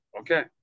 Okay